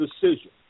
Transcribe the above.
decision